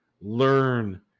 learn